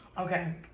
Okay